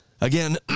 Again